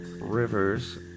rivers